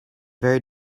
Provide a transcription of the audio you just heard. very